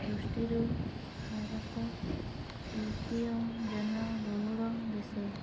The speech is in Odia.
ଦୃଷ୍ଟିରୁ ଭାରତ ତୃତୀୟ ଜନବହୁଳ ଦେଶ